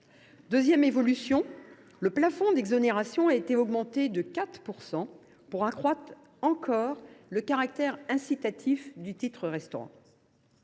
Deuxième évolution, le plafond d’exonération a été augmenté de 4 % pour accroître encore le caractère incitatif du titre restaurant.